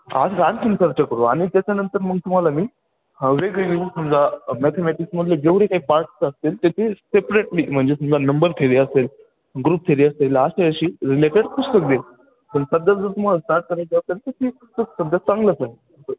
आज आणखीन सर्च करू आणि त्याच्यानंतर मग तुम्हाला मी वेगवेगळी समजा मॅथमॅटिक्समधले जेवढे काही पार्ट्स असतील ते ते सेपरेटली म्हणजे समजा नंबर थेरी असेल ग्रुप थेरी असेल अशाशी रिलेटेड पुस्तक देईल पण सध्या जर तुम्हाला स्टार्ट करायचं असेल तरी ते सध्या चांगलंच आहे